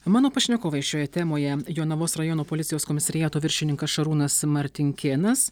mano pašnekovai šioje temoje jonavos rajono policijos komisariato viršininkas šarūnas martinkėnas